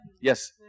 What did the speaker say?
Yes